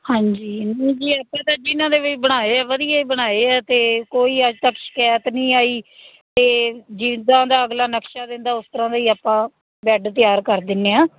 ਹਾਂਜੀ ਕਿਉਂਕਿ ਆਪਾਂ ਤਾਂ ਜਿਨ੍ਹਾਂ ਦੇ ਵੀ ਬਣਾਏ ਆ ਵਧੀਆ ਹੀ ਬਣਾਏ ਆ ਅਤੇ ਕੋਈ ਅੱਜ ਤੱਕ ਸ਼ਿਕਾਇਤ ਨਹੀਂ ਆਈ ਅਤੇ ਜਿੱਦਾਂ ਦਾ ਅਗਲਾ ਨਕਸ਼ਾ ਦਿੰਦਾ ਉਸ ਤਰ੍ਹਾਂ ਦਾ ਹੀ ਆਪਾਂ ਬੈਡ ਤਿਆਰ ਕਰ ਦਿੰਦੇ ਹਾਂ